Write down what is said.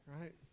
right